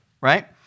right